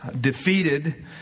defeated